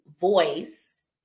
voice